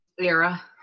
era